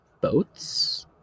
boats